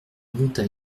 monta